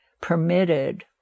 permitted